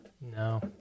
No